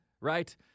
right